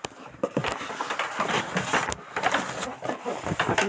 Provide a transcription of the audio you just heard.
जल संसाधन प्रबंधन घर घर मे भी हुवै सकै छै